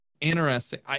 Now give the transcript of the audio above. Interesting